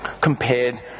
compared